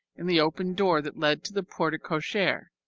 in the open door that led to the porte-cochere.